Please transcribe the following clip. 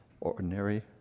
ordinary